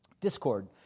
Discord